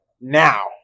Now